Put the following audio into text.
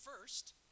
first